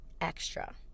extra